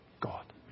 God